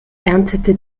erntete